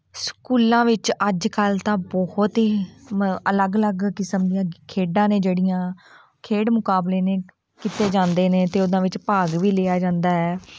ਸਕੂਲਾਂ ਵਿੱਚ ਅੱਜ ਕੱਲ੍ਹ ਤਾਂ ਬਹੁਤ ਹੀ ਮ ਅਲੱਗ ਅਲੱਗ ਕਿਸਮ ਦੀਆਂ ਖੇਡਾਂ ਨੇ ਜਿਹੜੀਆਂ ਖੇਡ ਮੁਕਾਬਲੇ ਨੇ ਕੀਤੇ ਜਾਂਦੇ ਨੇ ਅਤੇ ਉਹਨਾਂ ਵਿੱਚ ਭਾਗ ਵੀ ਲਿਆ ਜਾਂਦਾ ਹੈ